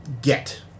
get